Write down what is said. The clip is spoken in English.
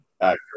accurate